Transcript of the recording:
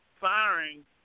firing